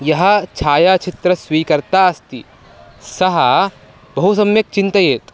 यः छायाचित्रस्वीकर्ता अस्ति सः बहु सम्यक् चिन्तयेत्